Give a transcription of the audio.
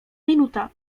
minuta